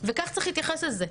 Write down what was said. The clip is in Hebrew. וכך צריך להתייחס לזה.